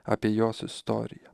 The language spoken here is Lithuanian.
apie jos istoriją